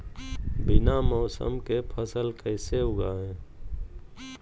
बिना मौसम के फसल कैसे उगाएं?